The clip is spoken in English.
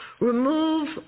remove